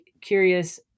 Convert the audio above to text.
curious